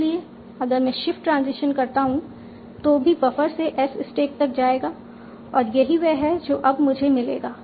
इसलिए अगर मैं शिफ्ट ट्रांजिशन करता हूं तो ही बफर से S स्टैक तक जाएगा और यही वह है जो अब मुझे मिलेगा